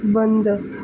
बंद